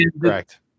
Correct